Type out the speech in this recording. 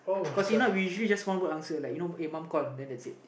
cause he now usually just one word answer like you know uh mom call then that's it